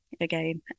again